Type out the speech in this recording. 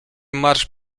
marsz